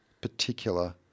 particular